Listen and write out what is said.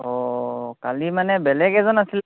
অঁ কালি মানে বেলেগ এজন আছিলে